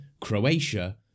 Croatia